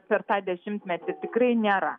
per tą dešimtmetį tikrai nėra